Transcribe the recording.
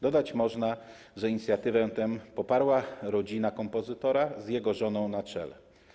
Dodać można, że inicjatywę tę poparła rodzina kompozytora z jego żoną na czele.